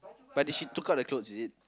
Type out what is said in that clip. but did she took out the clothes is it